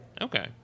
Okay